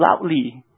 loudly